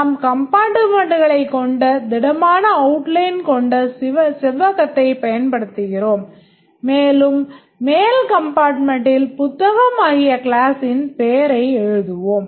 நாம் compartmentகளைக் கொண்ட திடமான outline கொண்ட செவ்வகத்தைப் பயன் படுத்துகிறோம் மேலும் மேல் compartmentல் புத்தகம் ஆகிய கிளாஸ்ஸின் பெயரை எழுதுவோம்